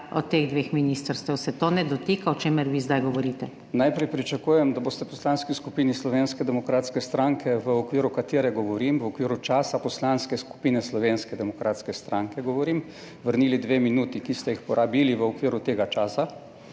od teh dveh ministrstev se to ne dotika, o čemer vi zdaj govorite. **Nadaljevanje ZVONKO ČERNAČ (PS SDS):** Najprej pričakujem, da boste v Poslanski skupini Slovenske demokratske stranke, v okviru katere govorim, v okviru časa Poslanske skupine Slovenske demokratske stranke govorim, vrnili dve minuti, ki ste jih porabili v okviru tega časa